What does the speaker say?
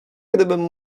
gdybym